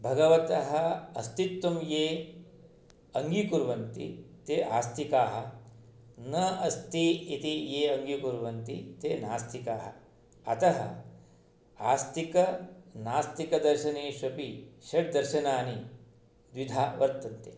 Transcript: भगवतः अस्तित्वं ये अङ्गीकुर्वन्ति ते आस्तिकाः न अस्ति इति ये अङ्गीकुर्वन्ति ते नास्तिकाः अतः आस्तिकनास्तिकदर्शनेष्वपि षट्दर्शनानि द्विधा वर्तन्ते